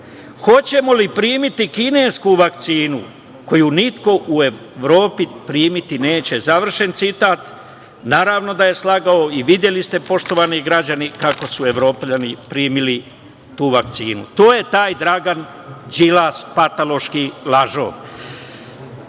hoćemo li primiti kinesku vakcinu koju niko u Evropi primiti neće, završen citat. Naravno da je slagao i videli ste poštovani građani kako su Evropljani primili tu vakcinu. To je taj Dragan Đilas patološki lažov. Idemo